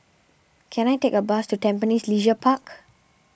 can I take a bus to Tampines Leisure Park